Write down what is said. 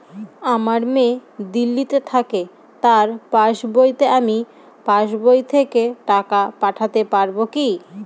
আমার মেয়ে দিল্লীতে থাকে তার পাসবইতে আমি পাসবই থেকে টাকা পাঠাতে পারব কি?